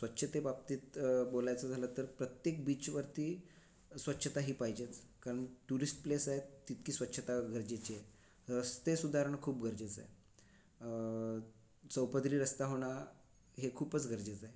स्वच्छतेबाबतीत बोलायचं झालं तर प्रत्येक बीचवरती स्वच्छता ही पाहिजेच कारण टुरिस्ट प्लेस आहे तितकी स्वच्छता गरजेची आहे रस्ते सुधारणं खूप गरजेचं आहे चौपदरी रस्ता होणं हे खूपच गरजेचं आहे